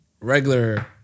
regular